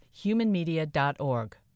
humanmedia.org